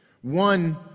One